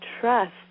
trust